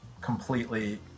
completely